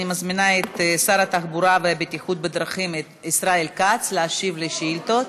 אני מזמינה את שר התחבורה והבטיחות בדרכים ישראל כץ להשיב על שאילתות.